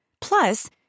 Plus